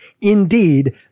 indeed